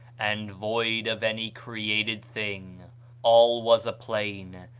and void of any created thing all was a plain,